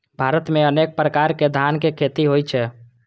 भारत मे अनेक प्रकार के धानक खेती होइ छै